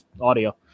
audio